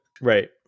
right